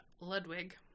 Ludwig